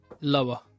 lower